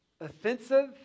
offensive